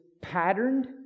patterned